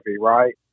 right